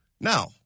Now